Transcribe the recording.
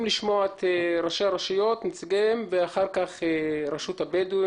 מהמועצות, ואין להם כמעט מה לעשות שם, חוץ מגביית